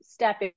step